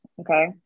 okay